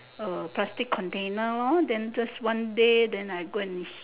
uh plastic container lor then just one day then I go and